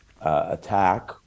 attack